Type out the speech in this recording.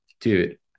dude